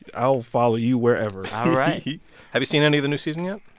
i'll follow you wherever all right have you seen any of the new season yet?